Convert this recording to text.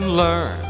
learn